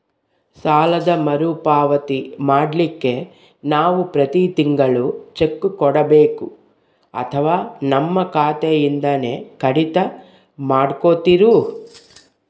ಸಾಲದ ಮರುಪಾವತಿ ಮಾಡ್ಲಿಕ್ಕೆ ನಾವು ಪ್ರತಿ ತಿಂಗಳು ಚೆಕ್ಕು ಕೊಡಬೇಕೋ ಅಥವಾ ನಮ್ಮ ಖಾತೆಯಿಂದನೆ ಕಡಿತ ಮಾಡ್ಕೊತಿರೋ?